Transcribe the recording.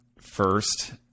first